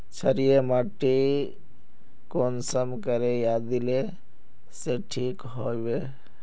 क्षारीय माटी कुंसम करे या दिले से ठीक हैबे?